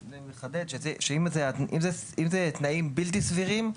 אני מחדד שאם זה תנאים בלתי סבירים,